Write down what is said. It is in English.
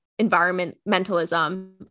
environmentalism